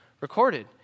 recorded